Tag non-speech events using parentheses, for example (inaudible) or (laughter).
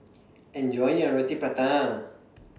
Enjoy your Roti Prata (noise)